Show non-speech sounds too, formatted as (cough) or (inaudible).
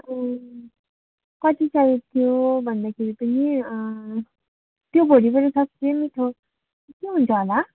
ए कति चाहिएको थियो भन्दाखेरि नि त्यो भोलि (unintelligible) ठिकै हुन्छ होला